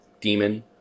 demon